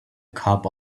cup